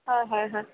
হয় হয় হয়